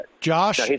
Josh